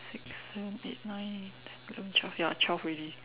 six seven eight nine ten eleven twelve ya twelve already